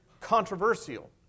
controversial